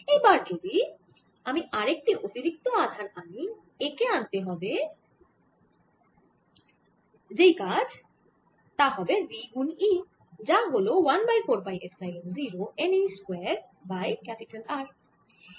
এবার যদি আমি আরেকটি অতিরিক্ত আধান আনি একে আনতে কাজ হবে v গুন e যা হল 1 বাই 4 পাই epsilon 0 n e square by R